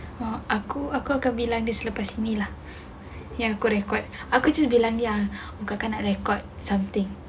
uh aku aku akan bilang dia selepas ni lah ya aku record aku just bilang dia dengan kau nak record something